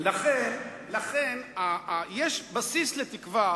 לכן יש בסיס לתקווה